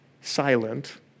silent